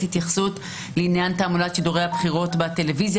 התייחסות לעניין תעמולת שידורי הבחירות בטלוויזיה